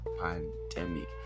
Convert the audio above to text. pandemic